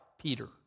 Peter